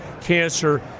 cancer